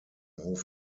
hof